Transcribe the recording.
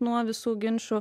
nuo visų ginčų